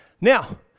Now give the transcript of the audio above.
Now